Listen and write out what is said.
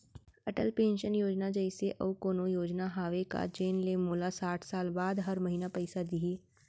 Atal pension Yojana जइसे अऊ कोनो योजना हावे का जेन ले मोला साठ साल बाद हर महीना पइसा दिही?